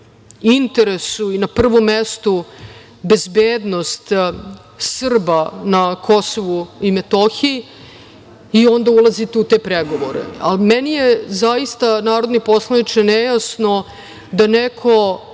interesu i na prvom mestu bezbednost Srba na KiM i onda ulazite u te pregovore. Meni je zaista narodni poslaniče nejasno da neko